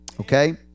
Okay